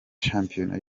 shampiyona